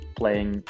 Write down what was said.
playing